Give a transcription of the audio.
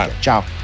Ciao